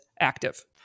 active